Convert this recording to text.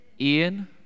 Ian